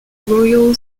royal